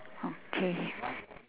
okay